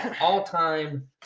all-time